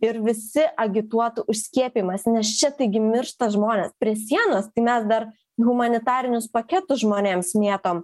ir visi agituotų už skiepijimąsi nes čia taigi miršta žmonės prie sienos tai mes dar humanitarinius paketus žmonėms mėtom